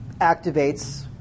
activates